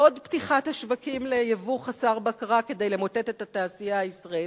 עוד פתיחת השווקים ליבוא חסר בקרה כדי למוטט את התעשייה הישראלית,